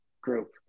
group